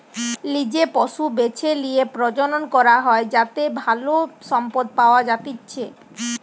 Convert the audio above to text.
লিজে পশু বেছে লিয়ে প্রজনন করা হয় যাতে ভালো সম্পদ পাওয়া যাতিচ্চে